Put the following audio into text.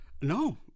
No